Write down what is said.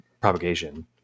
propagation